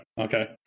Okay